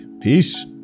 Peace